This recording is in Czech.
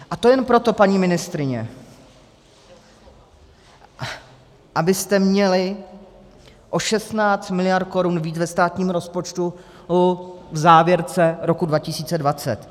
A to jen proto paní ministryně abyste měli o 16 mld. korun víc ve státním rozpočtu v závěrce roku 2020.